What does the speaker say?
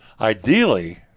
ideally